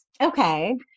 Okay